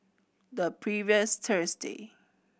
the previous Thursday